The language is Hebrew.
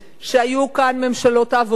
שהיו כאן ממשלות העבודה,